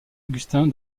augustin